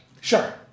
Sure